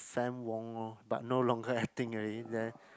Fann-Wong lor but no longer acting already then